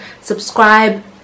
subscribe